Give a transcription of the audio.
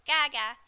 Gaga